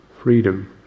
freedom